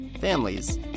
families